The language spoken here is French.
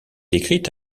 écrite